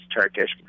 Turkish